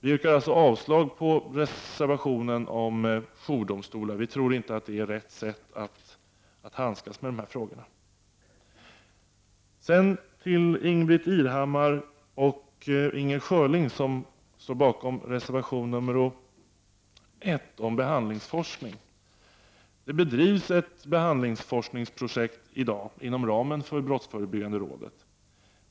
Vi yrkar avslag på reservationen om jourdomstolar. Vi tror inte att det är det rätta sättet att handlägga lagöverträdelser av unga människor. Ingbritt Irhammar och Inger Schörling står bakom reservation 1 om behandlingsforskning. I dag pågår ett behandlingsforskningsprojekt inom ramen för brottsförebyggande rådet.